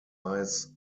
eyes